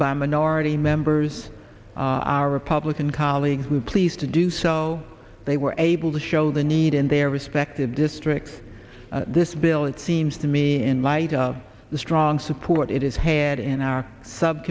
by minority members our republican colleagues to please to do so they were able to show the need in their respective districts this bill it seems to me in light of the strong support it is had in our sub